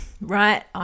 right